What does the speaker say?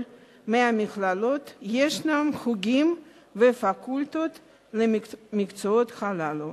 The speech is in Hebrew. מהמכללות ישנם חוגים ופקולטות למקצועות הללו.